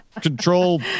control